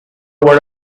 aware